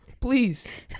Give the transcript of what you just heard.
please